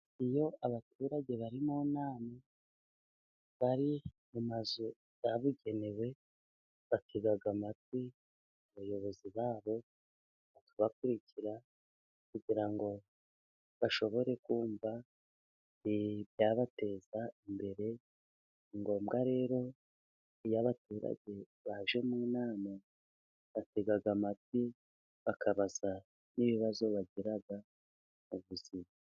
Iyo abaturage bari mu nama, bari mu mazu yabugenewe, batega amatwi abayobozi babo, bakabakurikira kugira ngo bashobore kumva ibyabateza imbere. Ni ngombwa rero iyo abaturage baje mu nama, batega amatwi bakabaza n'ibibazo bagira mu buzima.